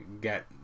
get